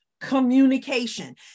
communication